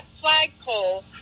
flagpole